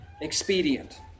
expedient